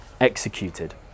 executed